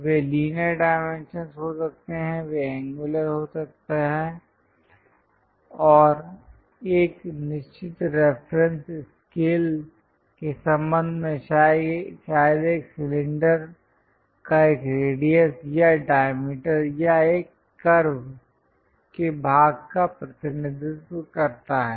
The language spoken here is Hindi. वे लीनियर डाइमेंशंस हो सकते हैं वह एंगुलर हो सकता है और एक निश्चित रेफरेंस स्केल के संबंध में शायद एक सिलेंडर का एक रेडियस या डायमीटर या एक कर्व के भाग का प्रतिनिधित्व करता है